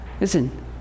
Listen